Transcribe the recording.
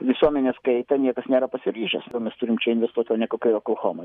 visuomenės kaitą niekas nėra pasiryžęs ko mes turim čia investuoti o ne kokioj oklahomoj